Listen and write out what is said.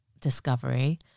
discovery